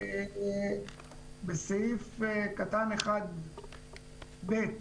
בסעיף קטן 1(ב),